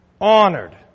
honored